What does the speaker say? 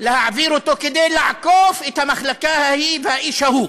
להעביר אותו כדי לעקוף את המחלקה ההיא והאיש ההוא,